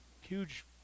huge